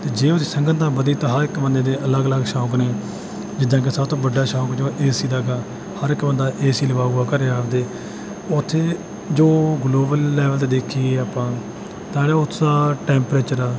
ਅਤੇ ਜੇ ਉਹਦੀ ਸੰਘਣਤਾ ਵਧੀ ਤਾਂ ਹਰ ਇੱਕ ਬੰਦੇ ਦੇ ਅਲੱਗ ਅਲੱਗ ਸ਼ੌਕ ਨੇ ਜਿੱਦਾਂ ਕਿ ਸਭ ਤੋਂ ਵੱਡਾ ਸ਼ੌਕ ਜੋ ਹੈ ਏ ਸੀ ਦਾ ਹੈਗਾ ਹਰ ਇੱਕ ਬੰਦਾ ਏ ਸੀ ਲਵਾਊਗਾ ਘਰ ਆਪਦੇ ਉੱਥੇ ਜੋ ਗਲੋਬਲ ਲੈਵਲ 'ਤੇ ਦੇਖੀਏ ਆਪਾਂ ਤਾਂ ਜਿਹੜਾ ਉਸਦਾ ਟੈਮਰੇਚਰ ਆ